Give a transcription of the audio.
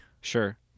Sure